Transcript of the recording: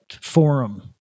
Forum